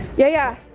yeah,